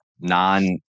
non